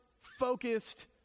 focused